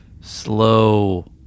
slow